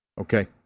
Okay